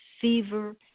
fever